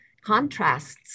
contrasts